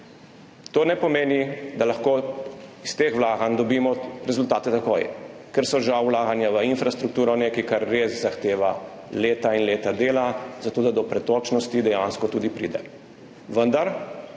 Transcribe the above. To ne pomeni, da lahko iz teh vlaganj dobimo rezultate takoj, ker so žal vlaganja v infrastrukturo nekaj, kar res zahteva leta in leta dela, zato da do pretočnosti dejansko tudi pride. Vendar